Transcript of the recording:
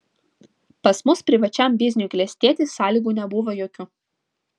pas mus privačiam bizniui klestėti sąlygų nebuvo jokių